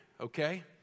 okay